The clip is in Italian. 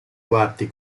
quarti